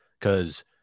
Cause